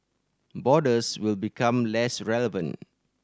borders will become less relevant